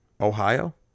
Ohio